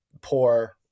poor